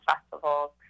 festivals